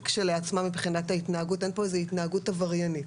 כשלעצמה מבחינת ההתנהגות כי אין פה התנהגות עבריינית.